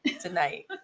tonight